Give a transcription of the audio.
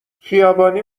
خیابانی